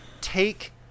take